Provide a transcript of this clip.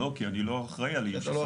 לא כי אני לא אחראי על ספקים.